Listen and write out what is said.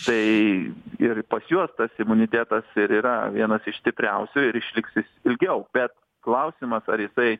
tai ir pas juos tas imunitetas ir yra vienas iš stipriausių ir išliks jis ilgiau bet klausimas ar jisai